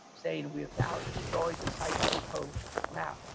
saying we have now destroyed the sykes-picot map.